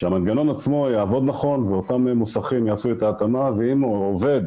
שהמנגנון עצמו יעבוד נכון ואותם מוסכים יעשו את ההתאמה ואם עובד